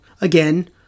again